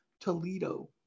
Toledo